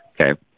okay